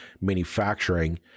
manufacturing